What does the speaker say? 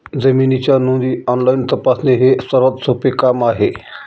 जमिनीच्या नोंदी ऑनलाईन तपासणे हे सर्वात सोपे काम आहे